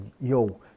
yo